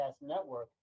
Network